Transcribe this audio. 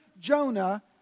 Jonah